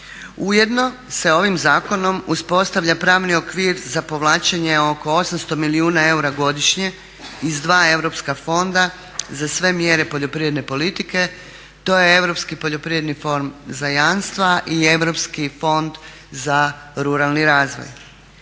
Ujedno se ovim zakonom uspostavlja pravni okvir za povlačenje oko 800 milijuna eura godišnje iz dva europska fonda za sve mjere poljoprivredne politike. To je Europski poljoprivredni fond za jamstva i Europski fond za ruralni razvoj.